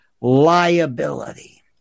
Liability